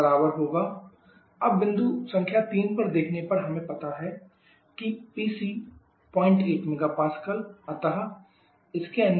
PE094456 kJKgK अब बिंदु संख्या तीन पर देखने पर हमें पता है PC08 MPa अतः h3hfg